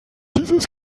dieses